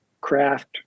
craft